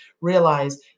realize